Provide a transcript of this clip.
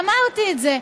אמרתי את זה.